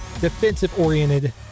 defensive-oriented